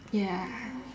ya